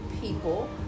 people